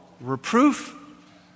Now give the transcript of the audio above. reproof